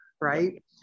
right